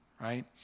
right